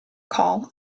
call